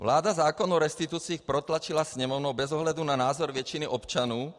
Vláda zákon o restitucích protlačila Sněmovnou bez ohledu na názor většiny občanů.